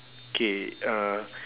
K uh